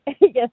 Yes